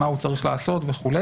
מה הוא צריך לעשות וכו',